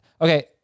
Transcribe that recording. Okay